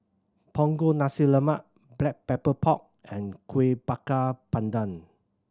Punggol Nasi Lemak Black Pepper Pork and Kuih Bakar Pandan